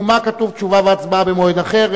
משום מה כתוב "תשובה והצבעה במועד אחר".